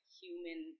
human